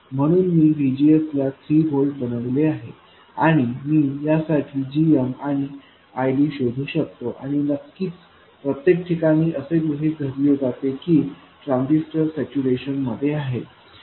म्हणून मी VGS ला 3 व्होल्ट बनविले आहे आणि मी या साठी gmआणि IDशोधू शकतो आणि नक्कीच प्रत्येक ठिकाणी असे गृहित धरले जाते की ट्रान्झिस्टर सॅच्यूरेशन मध्ये आहे